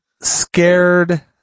scared